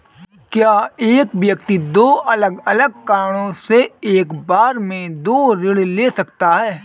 क्या एक व्यक्ति दो अलग अलग कारणों से एक बार में दो ऋण ले सकता है?